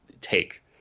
take